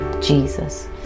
Jesus